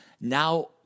Now